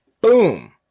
Boom